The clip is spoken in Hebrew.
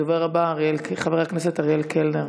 הדובר הבא, חבר הכנסת אראל קלנר.